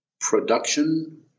Production